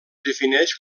defineix